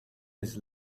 his